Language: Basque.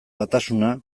batasuna